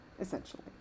essentially